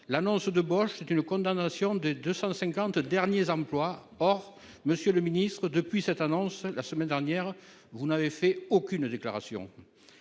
L'annonce de Bosch est une condamnation des 250 derniers emplois. Or, monsieur le ministre, depuis cette annonce la semaine dernière, vous n'avez fait aucune déclaration